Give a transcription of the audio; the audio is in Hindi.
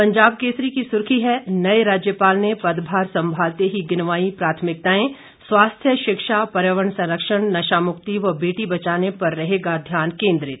पंजाब केसरी की सुर्खी है नए राज्यपाल ने पदभार संभालते ही गिनवाईं प्राथमिकताएं स्वास्थ्य शिक्षा पर्यावरण संरक्षण नशामुक्ति व बेटी बचाने पर रहेगा ध्यान केन्द्रित